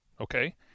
okay